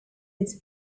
its